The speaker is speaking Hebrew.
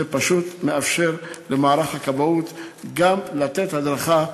זה פשוט מאפשר למערך הכבאות גם לתת הדרכה,